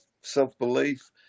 self-belief